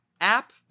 app